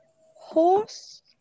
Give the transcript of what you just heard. horse